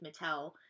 Mattel